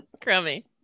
crummy